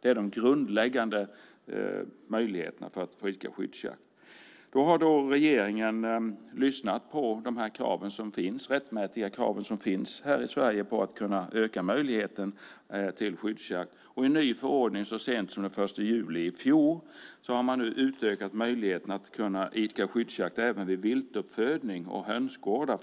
Det är de grundläggande möjligheterna för att få idka skyddsjakt. Regeringen har lyssnat på de rättmätiga krav som ställs här i Sverige på att kunna öka möjligheten till skyddsjakt. I en ny förordning som kom så sent som den 1 juli i fjol har man för att förtydliga lagen utökat möjligheten att idka skyddsjakt även vid viltuppfödning och vid hönsgårdar